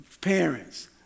parents